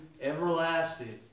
everlasting